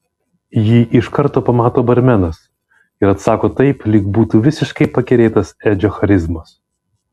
jį iš karto pamato barmenas ir atsako taip lyg būtų visiškai pakerėtas edžio charizmos